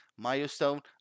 Milestone